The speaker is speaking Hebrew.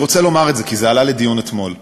אני רוצה לומר את זה כי זה עלה לדיון אתמול: